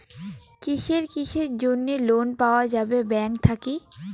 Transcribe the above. কিসের কিসের জন্যে লোন পাওয়া যাবে ব্যাংক থাকি?